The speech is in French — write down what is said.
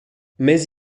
mais